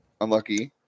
unlucky